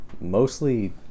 mostly